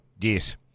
Yes